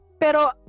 pero